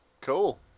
cool